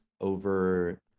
over